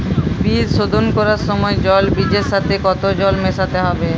বীজ শোধন করার সময় জল বীজের সাথে কতো জল মেশাতে হবে?